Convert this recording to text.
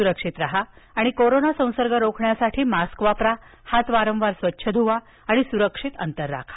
सुरक्षित राहा आणि कोरोना संसर्ग रोखण्यासाठी मास्क वापरा हात वारंवार स्वच्छ धुवा सुरक्षित अंतर ठेवा